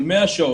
של 100 שעות,